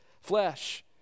flesh